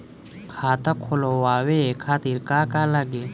खाता खोलवाए खातिर का का लागी?